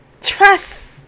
Trust